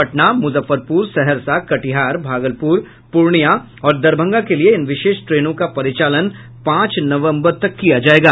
पटना मुजफ्फरपुर सहरसा कटिहार भागलपुर पूर्णियां और दरभंगा के लिए इन विशेष ट्रेनों का परिचान पांच नवम्बर तक किया जायेगा